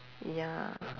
ya